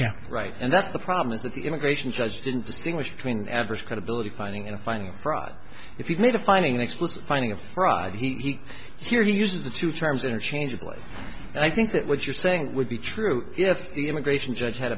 yeah right and that's the problem is that the immigration judge didn't distinguish between adverse credibility finding and finding fraud if you made a finding an explicit finding of fraud he hear you use the two terms interchangeably and i think that what you're saying would be true if the immigration judge had